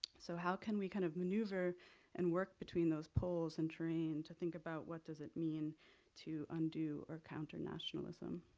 so how can we kind of maneuver and work between those poles and terrain to think about what does it mean to undo or counter nationalism?